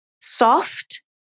soft